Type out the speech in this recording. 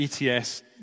ETS